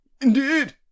Indeed